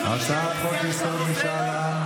הצעת חוק-יסוד: משאל עם,